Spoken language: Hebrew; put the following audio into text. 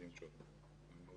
שהעתק מצולם של אחד מהם,